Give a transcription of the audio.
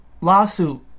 Lawsuit